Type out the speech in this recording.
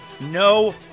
no